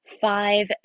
five